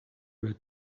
were